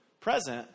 present